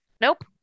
Nope